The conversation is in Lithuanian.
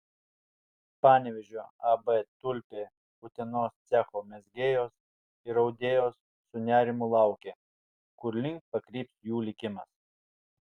panevėžio ab tulpė utenos cecho mezgėjos ir audėjos su nerimu laukė kurlink pakryps jų likimas